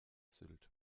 sylt